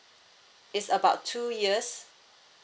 it's about two years